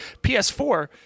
PS4